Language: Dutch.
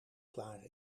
klaar